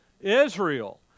Israel